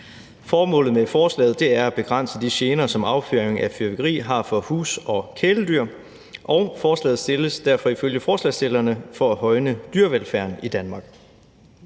Formålet med forslaget er at begrænse de gener, som affyring af fyrværkeri har for hus- og kæledyr, og forslaget fremsættes derfor ifølge forslagsstillerne for at højne dyrevelfærden i Danmark.